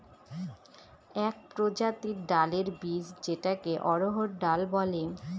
এক প্রজাতির ডালের বীজ যেটাকে অড়হর ডাল বলে